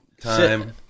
time